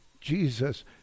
Jesus